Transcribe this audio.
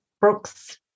Brooks